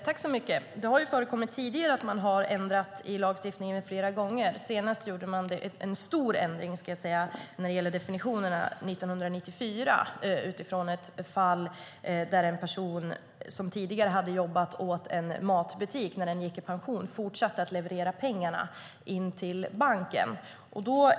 Herr talman! Det har flera gånger tidigare förekommit att man har ändrat i lagstiftningen på det här området. Senast gjorde man en stor ändring 1994 när det gällde definitionerna. Bakgrunden var ett fall där en pensionerad person som tidigare hade arbetat åt en matbutik fortsatte att leverera butikens pengar till banken även efter sin pensionering.